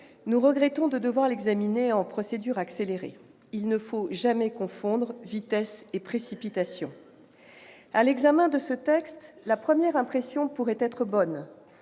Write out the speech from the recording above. nous regrettons de devoir l'examiner en procédure accélérée. Il ne faut jamais confondre vitesse et précipitation ... À l'examen de ce texte, la première impression pourrait être bonne,